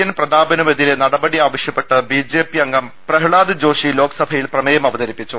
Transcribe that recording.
N പ്രതാപനുമെതിരെ നടപടി ആവശ്യപ്പെട്ട് ബി ജെ പി അംഗം പ്രഹ്ളാദ് ജോഷി ലോക്സഭയിൽ പ്രമേയം അവതരിപ്പിച്ചു